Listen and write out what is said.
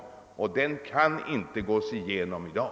Den : genomgången kan göras först i framtiden.